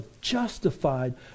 justified